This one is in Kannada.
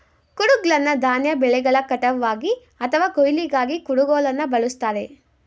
ಕುಡುಗ್ಲನ್ನ ಧಾನ್ಯ ಬೆಳೆಗಳ ಕಟಾವ್ಗಾಗಿ ಅಥವಾ ಕೊಯ್ಲಿಗಾಗಿ ಕುಡುಗೋಲನ್ನ ಬಳುಸ್ತಾರೆ